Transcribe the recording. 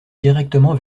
directement